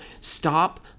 Stop